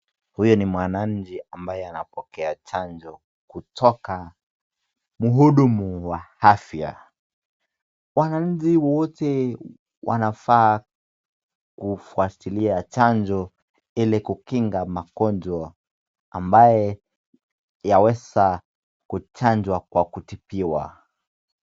Huyu ni mwananchi ambaye anapokea chanjo kutoka mhudumu wa afya. Wananchi wote wanafaa kufuatilia chanjo ili kukinga magonjwa ambaye yaweza kuchanjwa kwa kutibiwa.